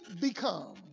become